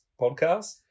podcast